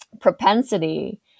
propensity